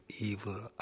evil